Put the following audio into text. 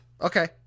Okay